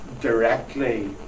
directly